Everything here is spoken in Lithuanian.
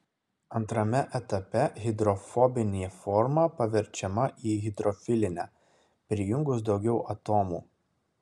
antrame etape hidrofobinė forma paverčiama į hidrofilinę prijungus daugiau atomų